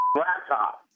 laptop